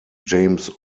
james